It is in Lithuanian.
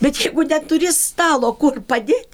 bet jeigu neturi stalo kur padėt